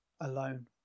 alone